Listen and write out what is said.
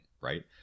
right